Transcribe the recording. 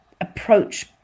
approach